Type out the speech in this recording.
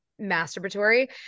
masturbatory